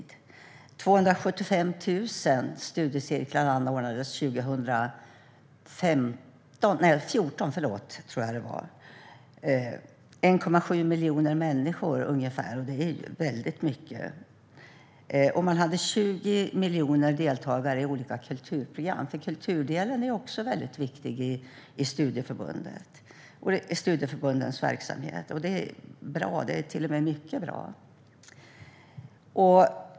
Det anordnades 275 000 studiecirklar 2014, tror jag det var, för ungefär 1,7 miljoner människor. Det är väldigt mycket. Man hade 20 miljoner deltagare i olika kulturprogram. Kulturdelen är också väldigt viktig i studieförbundens verksamhet. Det är bra. Det är till och med mycket bra.